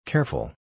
Careful